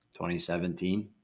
2017